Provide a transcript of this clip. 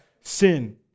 sin